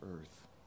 earth